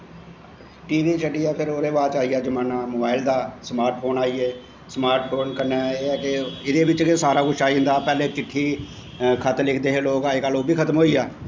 T V शड्डियै फिर ओह्दे बाद च आई गेआ जमान्ना मोबाइल दा स्मार्टफोन आई गे स्मार्टफोन कन्नै एह् ऐ के एह्दे बिच्च गै सार कुछ आई जंदा पैह्लें चिट्ठी खत्त लिखदे हे लोग अज्जकल ओह् बी खत्म होई गेआ